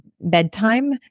bedtime